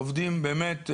הם עובדים באמת מצוינים,